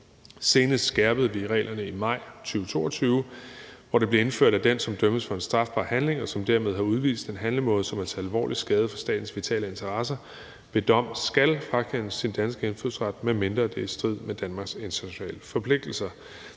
Senest skærpede vi reglerne i maj 2022, hvor det blev indført, at den, som dømmes for en strafbar handling, og som dermed har udvist en handlemåde, som er til alvorlig skade for statens vitale interesser, ved dom skal frakendes sin danske indfødsret, medmindre det er i strid med Danmarks internationale forpligtelser.